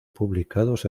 publicados